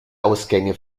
ausgänge